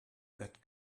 that